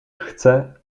chce